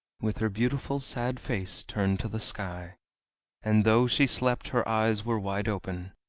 with her beautiful sad face turned to the sky and though she slept her eyes were wide open.